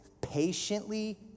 patiently